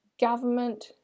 government